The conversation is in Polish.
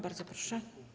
Bardzo proszę.